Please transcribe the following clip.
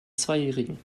zweijährigen